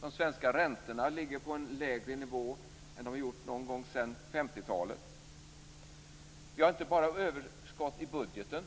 De svenska räntorna ligger på en lägre nivå än de gjort sedan någon gång på 50 Vi har inte bara överskott i budgeten.